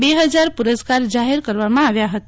બે હજાર પુરસ્કાર જાહેર કરવામાં આવ્યા હતા